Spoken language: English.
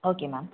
okay ma'am